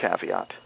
caveat